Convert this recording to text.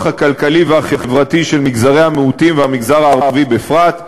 הכלכלי והחברתי של מגזרי המיעוטים והמגזר הערבי בפרט.